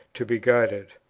to be guided.